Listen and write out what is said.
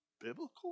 biblical